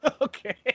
Okay